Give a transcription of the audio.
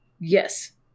Yes